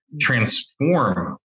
transform